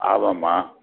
ஆமாம்மா